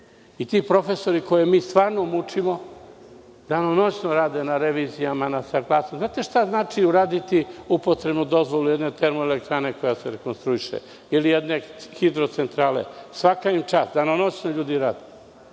i ti profesori koje mi stvarno mučimo danonoćno rade na revizijama, na saglasnostima. Znate šta znači uraditi upotrebnu dozvolu jedne termoelektrane koja se rekonstruiše ili jedne hidrocentrale? Svaka im čast, danonoćno ljudi rade.